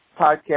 podcast